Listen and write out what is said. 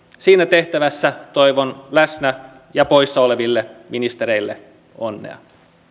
siinä tehtävässä toivon läsnä ja poissa oleville ministereille onnea